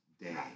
day